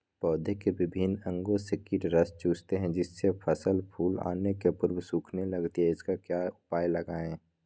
पौधे के विभिन्न अंगों से कीट रस चूसते हैं जिससे फसल फूल आने के पूर्व सूखने लगती है इसका क्या उपाय लगाएं?